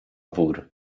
wór